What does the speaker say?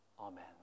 amen